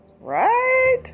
Right